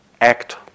act